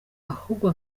ahubwo